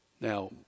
Now